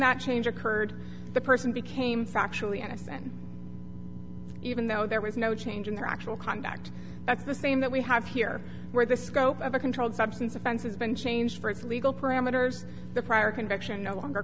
that change occurred the person became factually innocent even though there was no change in the actual conduct that's the same that we have here where the scope of a controlled substance offense has been changed for its legal parameters the prior conviction no longer